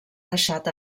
deixat